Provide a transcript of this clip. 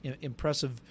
impressive